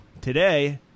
today